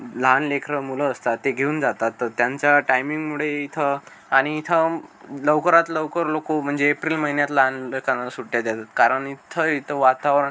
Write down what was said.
लहान लेकरं मुलं असतात ते घेऊन जातात तर त्यांच्या टाईमिंगमुळे इथं आणि इथंम् लवकरात लवकर लोकं म्हणजे एप्रिल महिन्यात लहान लेकरांना सुट्ट्या देतात कारण इथं इथं वातावरण